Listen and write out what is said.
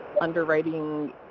underwriting